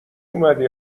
اومدی